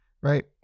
right